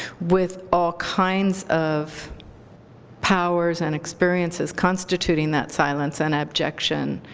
with all kinds of powers and experiences constituting that silence and abjection